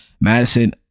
Madison